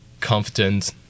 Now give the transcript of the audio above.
confident